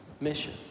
mission